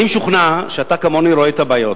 אני משוכנע שאתה, כמוני, רואה את הבעיות.